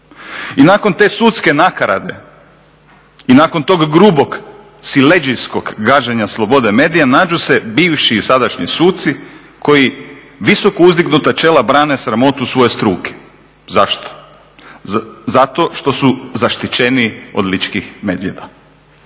I nakon te sudske nakarade i nakon tog grubog, siledžijskog gaženja slobode medija nađu se bivši i sadašnji suci koji visoko uzdignuta čela brane sramotu svoje struke. Zašto? Zato što su zaštićeniji od ličkih medvjeda.